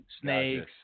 snakes